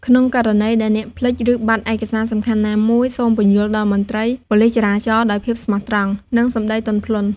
ក្នុងករណីដែលអ្នកភ្លេច ឬបាត់ឯកសារសំខាន់ណាមួយ សូម ពន្យល់ដល់មន្ត្រីប៉ូលិសចរាចរណ៍ដោយភាពស្មោះត្រង់ និងសំដីទន់ភ្លន់។